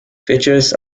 features